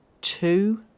two